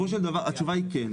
התשובה היא כן.